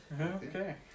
Okay